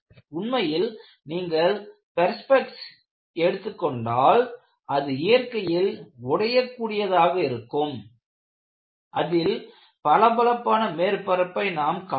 உண்மையில் நீங்கள் பெர்ஸ்பெக்ஸை எடுத்துக் கொண்டால் அது இயற்கையில் உடையக்கூடியதாக இருக்கும் அதில் பளபளப்பான மேற்பரப்பை நாம் காணலாம்